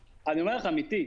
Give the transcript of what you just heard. מדברים.